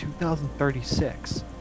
2036